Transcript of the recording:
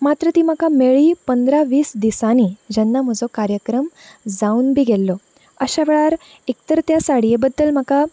मात्र ती म्हाका मेळ्ळी पंदरा वीस दिसांनी जेन्ना म्हजो कार्यक्रम जावन बी गेल्लो अश्या वेळार एक तर तें साडये बद्दल म्हाका